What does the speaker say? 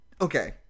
okay